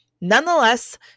Nonetheless